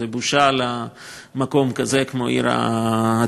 זו בושה למקום כזה כמו העיר העתיקה,